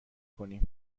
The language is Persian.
کنیم